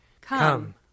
Come